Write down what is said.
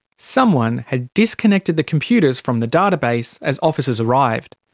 someone had disconnected the computers from the database as officers arrived.